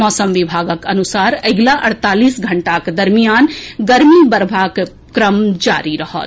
मौसम विभागक अनुसार अगिला अड़तालीस घंटाक दरमियान गर्मी बढ़बाक क्रम जारी रहत